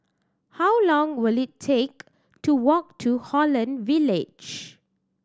how long will it take to walk to Holland Village